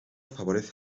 favorece